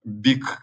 big